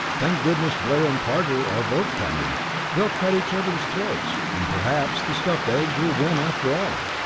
thank goodness blair and carter are both coming they'll cut each other's throats, and perhaps the stuffed eggs will win after all.